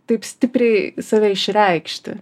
taip stipriai save išreikšti